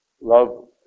love